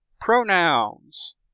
pronouns